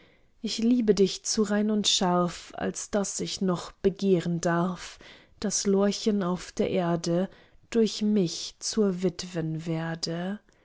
ich liebe dich zu rein und scharf als daß ich noch begehren darf daß lorchen auf der erde durch mich zur witwen werde